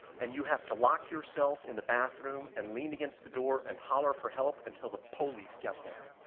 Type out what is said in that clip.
and you have to lock yourself in the bathroom and lean against the door and holler for help until the police get there,